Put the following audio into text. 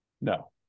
No